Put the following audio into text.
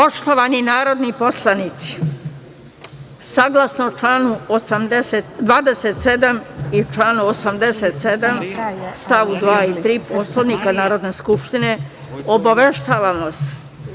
Poštovani narodni poslanici, saglasno članu 27. i članu 87. stavu 2. i 3. Poslovnika Narodne skupštine obaveštavam vas